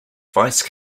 vice